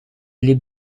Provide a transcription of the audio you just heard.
liep